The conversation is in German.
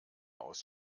aus